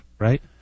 right